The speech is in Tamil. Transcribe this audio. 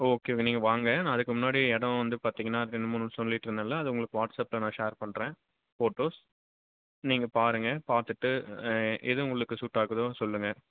ஓகே நீங்கள் வாங்க நான் அதுக்கு முன்னாடி இடோம் வந்து பார்த்தீங்கன்னா ரெண்டு மூணு சொல்லிட்ருந்தேன்ல அத உங்களுக்கு வாட்ஸப்பில நான் ஷேர் பண்ணுறேன் ஃபோட்டோஸ் நீங்கள் பாருங்கள் பார்த்துட்டு எதுவும் உங்களுக்கு சூட் ஆகுதோ சொல்லுங்கள்